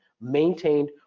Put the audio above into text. maintained